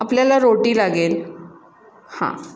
आपल्याला रोटी लागेल हां